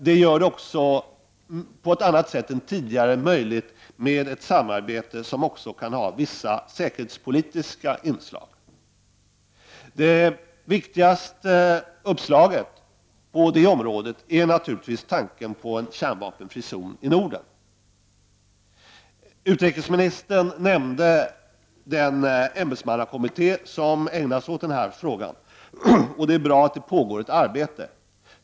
Det gör också på ett annat sätt än tidigare möjligt ett samarbete som också kan ha vissa säkerhetspolitiska inslag. Men det viktigaste uppslaget på det området är naturligtvis tanken på en kärnvapenfri zon i Norden. Utrikesministern nämnde den ämbetsmannakommitté som ägnar sig åt denna fråga. Det är bra att arbete pågår.